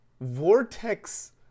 vortex